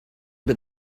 but